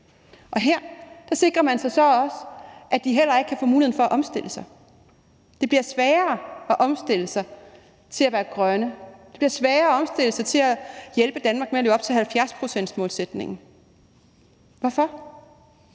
Her sikrer man sig så også, at de heller ikke kan få muligheden for at omstille sig. Det bliver sværere at omstille sig til at være grøn; det bliver sværere at omstille sig til at hjælpe Danmark med at leve op til 70-procentsmålsætningen. Hvorfor?